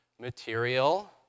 material